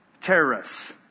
terrorists